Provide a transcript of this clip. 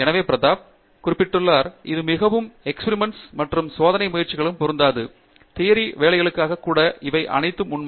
எனவே பிரதாப் குறிப்பிட்டுள்ளார் இது மிகவும் எஸ்பிரிமெண்ட்கள் மற்றும் சோதனை முயற்சிகளுக்கு பொருந்தாது தியரி வேலைகளுக்காக கூட இவை அனைத்தும் உண்மை